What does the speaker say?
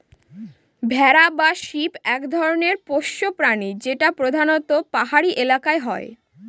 ভেড়া বা শিপ এক ধরনের পোষ্য প্রাণী যেটা প্রধানত পাহাড়ি এলাকায় হয়